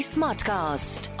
Smartcast